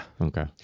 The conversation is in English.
Okay